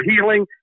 healing